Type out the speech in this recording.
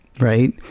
right